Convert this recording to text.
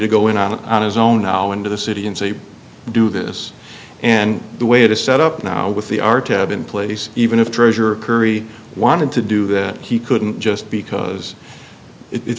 to go in out of his own now into the city and say we do this and the way it is set up now with the our tab in place even if treasurer curry wanted to do that he couldn't just because it